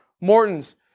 Morton's